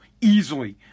easily